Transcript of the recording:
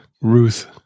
Ruth